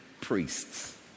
priests